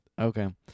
okay